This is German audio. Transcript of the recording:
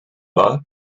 wahr